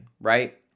right